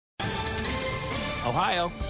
Ohio